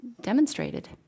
demonstrated